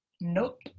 Nope